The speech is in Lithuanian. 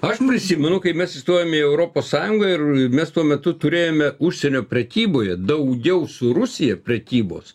aš prisimenu kai mes įstojome į europos sąjungą ir mes tuo metu turėjome užsienio prekyboje daugiau su rusija prekybos